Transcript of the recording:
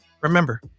remember